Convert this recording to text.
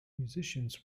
musicians